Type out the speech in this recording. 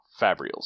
Fabrials